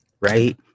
right